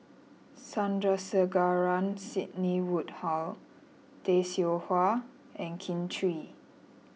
Sandrasegaran Sidney Woodhull Tay Seow Huah and Kin Chui